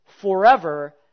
forever